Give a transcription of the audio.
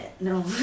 No